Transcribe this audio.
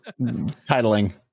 titling